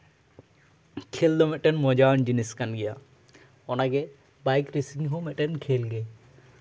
ᱠᱷᱮᱞ ᱫᱚ ᱢᱤᱫᱴᱮᱱ ᱢᱚᱡᱟᱣᱟᱱ ᱡᱤᱱᱤᱥ ᱠᱟᱱ ᱜᱮᱭᱟ ᱚᱱᱟᱜᱮ ᱵᱟᱭᱤᱠ ᱨᱮᱥᱤᱝ ᱦᱚᱸ ᱢᱤᱫᱴᱮᱱ ᱠᱷᱮᱞ ᱜᱮ